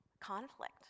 conflict